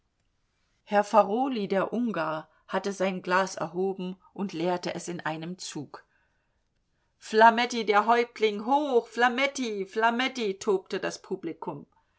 herr farolyi der ungar hatte sein glas erhoben und leerte es in einem zug flametti der häuptling hoch flametti flametti tobte das publikum